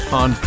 on